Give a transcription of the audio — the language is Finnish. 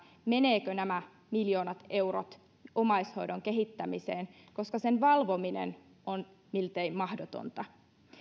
menevätkö nämä miljoonat eurot omaishoidon kehittämiseen koska sen valvominen on miltei mahdotonta